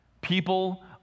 people